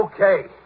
Okay